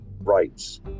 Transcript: rights